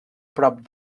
prop